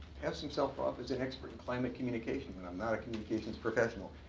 pass himself off as an expert in climate communication when i'm not a communications professional?